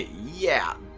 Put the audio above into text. yeah,